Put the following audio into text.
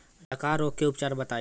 डकहा रोग के उपचार बताई?